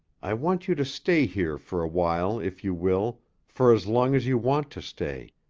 i want you to stay here for a while if you will, for as long as you want to stay.